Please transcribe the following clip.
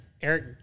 Eric